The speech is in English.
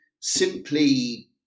simply